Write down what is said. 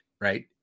Right